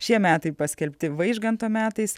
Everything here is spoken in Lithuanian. šie metai paskelbti vaižganto metais